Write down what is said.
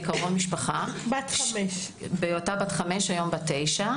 קרוב משפחה בהיותה בת 5 - היום בת 9,